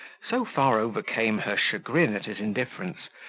so far overcame her chagrin at his indifference,